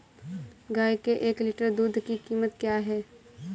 गाय के एक लीटर दूध की कीमत क्या है?